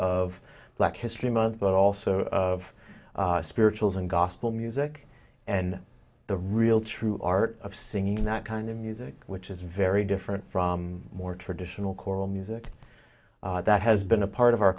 of black history month but also of spirituals and gospel music and the real true art of singing that kind of music which is very different from more traditional choral music that has been a part of our